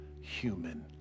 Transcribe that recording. human